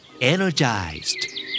Energized